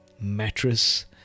mattress